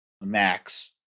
max